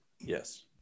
Yes